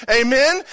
Amen